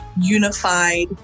unified